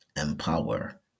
empower